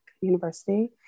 University